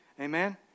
Amen